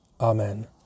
Amen